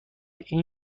این